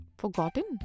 forgotten